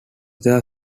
their